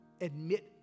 Admit